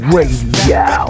Radio